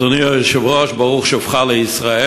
אדוני היושב-ראש, ברוך שובך לישראל.